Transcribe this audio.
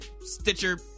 Stitcher